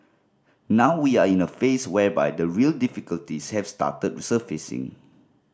now we are in a phase whereby the real difficulties have started surfacing